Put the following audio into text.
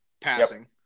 passing